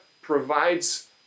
provides